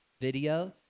video